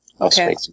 Okay